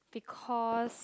because